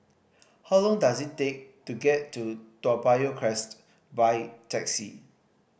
how long does it take to get to Toa Payoh Crest by taxi